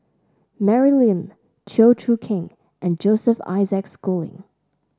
Mary Lim Chew Choo Keng and Joseph Isaac Schooling